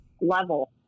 level